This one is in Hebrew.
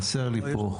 חסר לי פה.